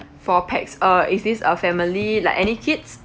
four pax uh is this a family like any kids